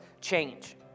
change